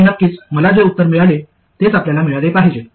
आणि नक्कीच मला जे उत्तर मिळाले तेच आपल्याला मिळाले पाहिजे